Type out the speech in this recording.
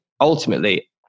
ultimately